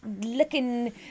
looking